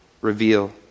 reveal